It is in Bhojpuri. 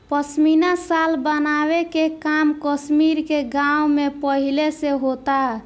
पश्मीना शाल बनावे के काम कश्मीर के गाँव में पहिले से होता